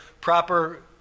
proper